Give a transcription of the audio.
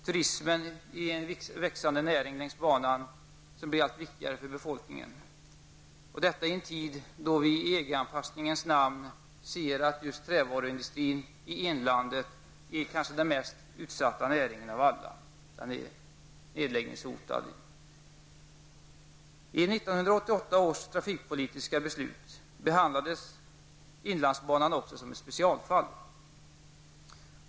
Turismen är en växande näring längs banan, som blir allt viktigare för befolkningen, och detta i en tid då vi i EG anpassningens namn ser att just trävaruindustrin i inlandet är kanske den mest utsatta näringen av alla. Den är nedläggningshotad. I 1988 års trafikpolitiska belsut behandlades inlandsbanan också som ett specialfall.